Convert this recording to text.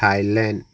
Thailand